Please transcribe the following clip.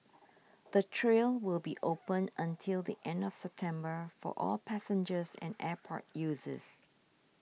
the trail will be open until the end of September for all passengers and airport users